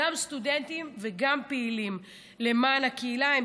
גם סטודנטים וגם פעילים למען הקהילה.